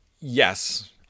yes